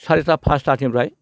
सारिता पासतानिफ्राय